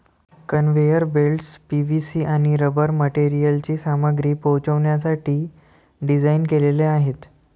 conveyor belts PVC आणि rubber मटेरियलची सामग्री पोहोचवण्यासाठी डिझाइन केलेले आहेत